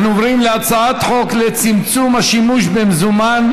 אנחנו עוברים להצעת חוק לצמצום השימוש במזומן,